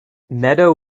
meadow